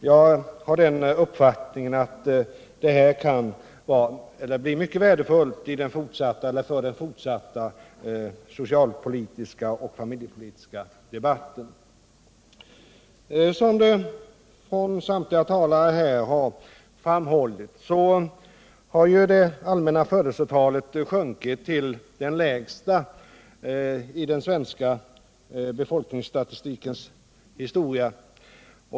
Jag har den uppfattningen att det här kan bli mycket värdefullt för den fortsatta socialpolitiska och familjepolitiska debatten. Som samtliga talare hittills i debatten redan framhållit har det allmänna födelsetalet nu sjunkit till det lägsta i den svenska befolkningsstatistikens historia.